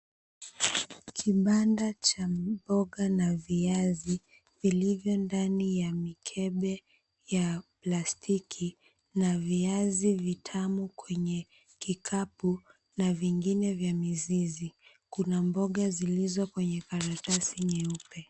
Kibanda cha mboga na viazi vilivyo ndani ya mikebe plastiki na viazi vitamu kwenye kikapu na vingine vya mizizi. Kuna mboga zilizo kwenye karatasi nyeupe.